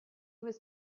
was